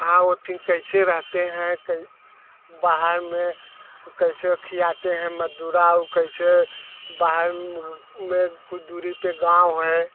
हाँ कैसे रहते हैं क बाहर में कैसे खिलाते हैं मदुरा और कैसे बाहर में कुछ दूरी पर गाँव है